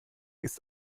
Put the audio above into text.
ist